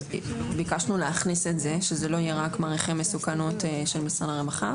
ביקשנו להכניס את זה שזה לא יהיה רק מעריכי מסוכנות של משרד הרווחה,